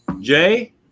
Jay